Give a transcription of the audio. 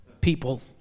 people